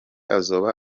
azoba